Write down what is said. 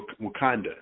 Wakanda